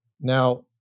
Now